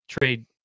trade